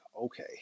okay